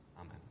Amen